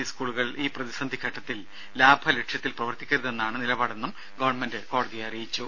E സ്കൂളുകൾ ഈ പ്രതിസന്ധി ഘട്ടത്തിൽ ലാഭ ലക്ഷ്യത്തിൽ പ്രവർത്തിക്കരുതെന്നാണ് നിലപാടെന്നും ഗവൺമെന്റ് കോടതിയെ അറിയിച്ചു